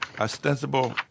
ostensible